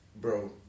bro